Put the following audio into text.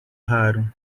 raro